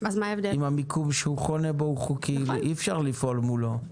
אם המיקום שהוא חונה בו הוא חוקי אי אפשר לפעול מולו.